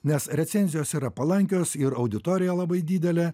nes recenzijos yra palankios ir auditorija labai didelė